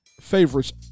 favorites